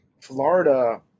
Florida